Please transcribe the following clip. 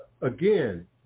Again